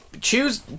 choose